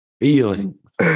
feelings